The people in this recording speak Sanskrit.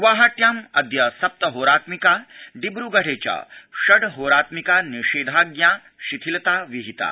गुवाहाट्याम् अद्य सप्त होरात्मिका डिब्र्गढे च षड् होरात्मिका निषेधाज्ञा शिथिलता विहिता